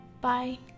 Bye